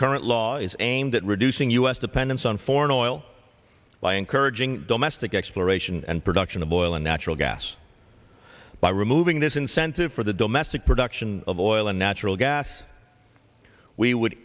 current law is aimed at reducing u s dependence on foreign oil by encouraging the match that exploration and production of oil and natural gas by removing this incentive for the domestic production of oil and natural gas we would